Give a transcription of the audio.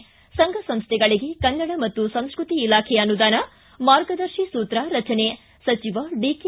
ಿ ಸಂಘ ಸಂಸ್ಥೆಗಳಿಗೆ ಕನ್ನಡ ಮತ್ತು ಸಂಸ್ಕೃತಿ ಇಲಾಖೆ ಅನುದಾನ ಮಾರ್ಗದರ್ಶಿ ಸೂತ್ರ ರಚನೆ ಸಚಿವ ಡಿಕೆ